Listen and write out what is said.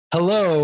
Hello